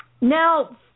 now